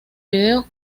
vídeos